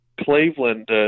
Cleveland